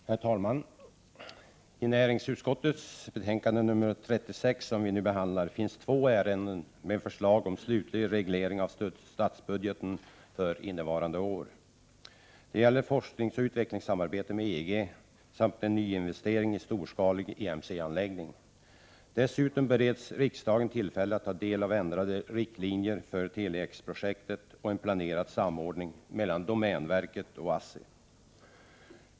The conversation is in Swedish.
Herr talman! Näringsutskottets betänkande 36, som vi nu behandlar, gäller två ärenden med förslag om slutlig reglering av statsbudgeten för innevarande budgetår. Det gäller forskningsoch utvecklingssamarbet med EG samt en nyinvestering i en storskalig EMC-anläggning. Dessutom bereds riksdagen tillfälle att ta del av ändrade riktlinjer för Tele-X-projektet och en planerad samordning mellan domänverket och ASSI.